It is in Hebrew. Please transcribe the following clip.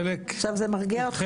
עכשיו זה מרגיע אותך?